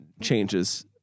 changes